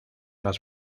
las